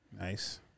Nice